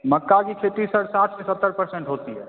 मक्का की खेती सर साठ से सत्तर पर्सेंट होती है